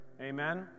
Amen